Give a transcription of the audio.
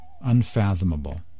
unfathomable